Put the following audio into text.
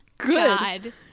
Good